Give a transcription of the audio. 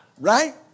Right